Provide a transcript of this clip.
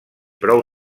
prou